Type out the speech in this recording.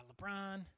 lebron